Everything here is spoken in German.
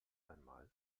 einmal